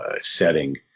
setting